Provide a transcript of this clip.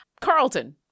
carlton